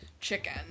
chicken